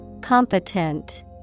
Competent